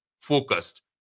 focused